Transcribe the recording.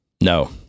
No